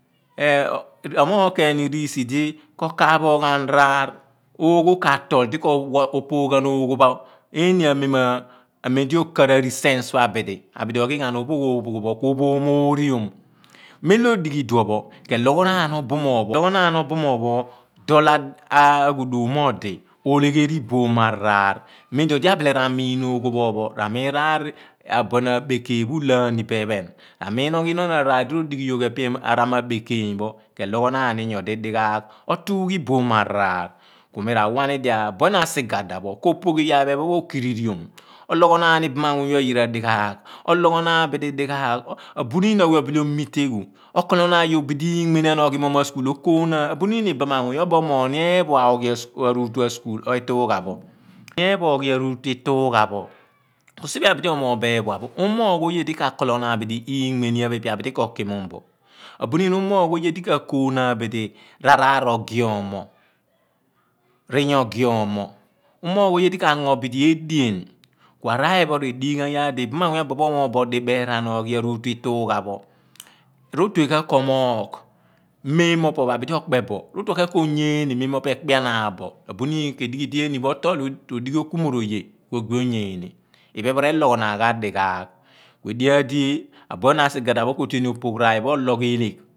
omoogh koh keriri r'iisi di ko kaaohoo ghan r'aar oogho katoo̱l di ko opooghan oogho pho eeni amem, mem di okaar a rescience pho abidi abidi oghighan opoogh ooghoo pho kuomo oriom membo odighi iduon pho keloghonaan obumung pho dool aghudum moor odi olegherii iboom araar. Memdi abile r'amiin oghoopho pho, r'aamii n r'aar abuen abekeey pho u lohaan bo ephon r'amiinoch inoo̱n araar abekeeyn pho dirodighi yoogh epe diiloo̱ani ephon keloogho naan ni nyodi dighaagh otugha iboom araar kumi rawani di abuen asigba da pho kopoogh ekpo iyaar phe pho okiririom ologhonaan ani iḇam amuny pho ayira dighaagh ologhonaan dighaag abumin aweh obile omiteoghi okologhi naan youchi bidi inmeanian oghimoon yonch a school okoonaan, abuniin ibamamuny omoogh ni eephua ogin a school, aru utu ituugha pho siphe abidi omoogh bo eephua pho. Umoogh oye di kha kooloch naan bidi inmeeman pho ko ki mumbo, abuniin umeogh oye di ka koonaan bidi r'aar ogiommo r'iiyaa ogiommo umoogh oye di kango bidi enien. Kua araar phi pho r'edighighan iyaar di i baam a muny pho abuphe pho omoogh bo dibeeraan pho oghi ghan arutu itougha pho rotue ghan koo muugh memooaho ekipeenaan bo. Ko onyeeni memmo opo pho ekpeanaan bo abuniin kedighi idi mo roo̱l rodigh i okumooroye ku ogbi onyee̱ne. Iphen pho r`eloghonaan ghan dighe aagh. Edighi iyaar di a buen asigh aada pho koo tueni opoogh r`aar aar pho epho oloogh eelech.